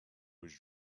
was